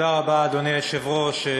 אדוני היושב-ראש,